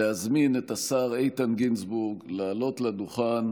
להזמין את השר איתן גינזבורג לעלות לדוכן